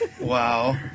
Wow